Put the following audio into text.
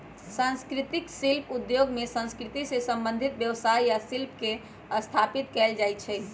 संस्कृतिक शिल्प उद्योग में संस्कृति से संबंधित व्यवसाय आ शिल्प के स्थापित कएल जाइ छइ